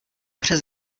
přes